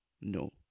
No